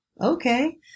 okay